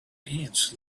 ants